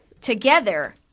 together